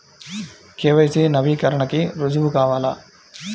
KYC నవీకరణకి రుజువు కావాలా?